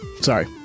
Sorry